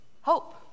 Hope